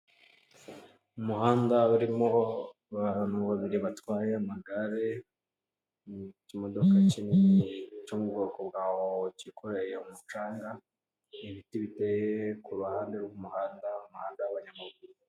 Umuhanda urimo abantu babiri batwaye amagare, ikimodoka kinini cyo mu bwoko bwa hoho kikoreye umucanga, ibiti biteye kuruhande rw' umuhanda, umuhanda w' abanyamaguru.